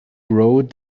road